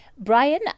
brian